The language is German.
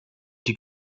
die